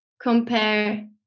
compare